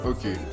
Okay